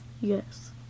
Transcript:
Yes